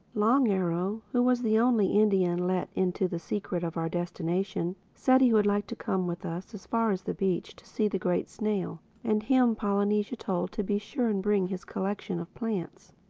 long arrow, who was the only indian let into the secret of our destination, said he would like to come with us as far as the beach to see the great snail and him polynesia told to be sure and bring his collection of plants.